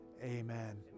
amen